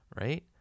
right